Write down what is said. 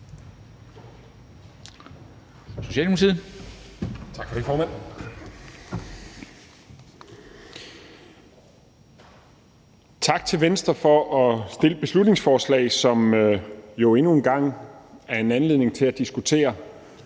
Tak til Venstre for at fremsætte et beslutningsforslag, som jo endnu en gang er en anledning til at diskutere,